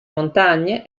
montagne